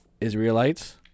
Israelites